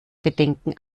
bedenken